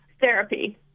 Therapy